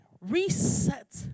reset